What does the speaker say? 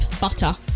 butter